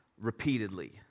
repeatedly